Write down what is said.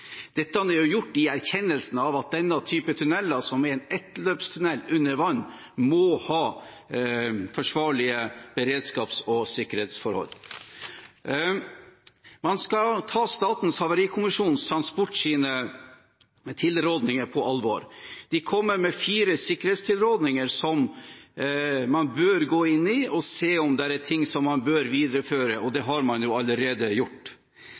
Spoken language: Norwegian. erkjennelsen av at denne typen tunneler, som er en ettløpstunnel under vann, må ha forsvarlige beredskaps- og sikkerhetsforhold. Man skal ta Statens havarikommisjon for transports tilrådinger på alvor. De kommer med fire sikkerhetstilrådinger som man bør gå inn i og se om det er ting der som man bør videreføre – og det har man allerede gjort.